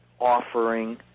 offering